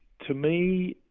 to me,